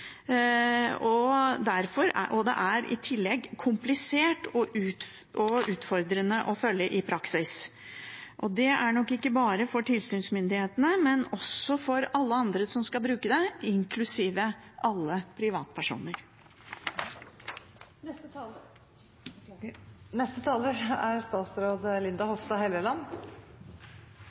og i tillegg komplisert og utfordrende å følge i praksis. Det er det nok ikke bare for tilsynsmyndighetene, men også for alle andre som skal bruke det, inklusiv alle